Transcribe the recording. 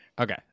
okay